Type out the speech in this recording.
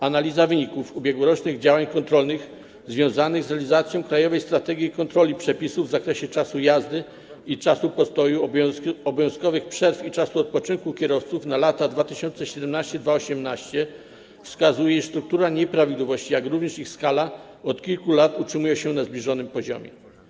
Analiza wyników ubiegłorocznych działań kontrolnych związanych z realizacją „Krajowej strategii kontroli przepisów w zakresie czasu jazdy i czasu postoju, obowiązkowych przerw i czasu odpoczynku kierowców na lata 2017-2018” wskazuje, iż struktura nieprawidłowości, jak również ich skala, od kilku lat utrzymują się na zbliżonym poziomie.